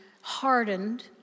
hardened